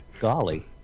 Golly